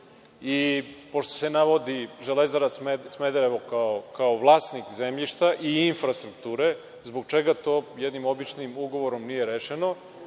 i pošto se navodi „Železara Smederevo“ kao vlasnik zemljišta i infrastrukture, zbog čega to jedinim običnim ugovorom nije rešeno? To